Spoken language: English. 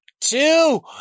two